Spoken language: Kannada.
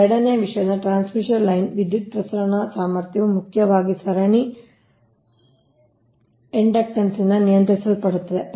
ಎರಡನೆಯ ವಿಷಯವೆಂದರೆ ಟ್ರಾನ್ಸ್ಮಿಷನ್ ಲೈನ್ನ ವಿದ್ಯುತ್ ಪ್ರಸರಣ ಸಾಮರ್ಥ್ಯವು ಮುಖ್ಯವಾಗಿ ಸರಣಿ ಇಂಡಕ್ಟನ್ಸ್ನಿಂದ ನಿಯಂತ್ರಿಸಲ್ಪಡುತ್ತದೆ